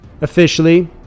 Officially